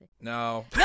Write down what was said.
no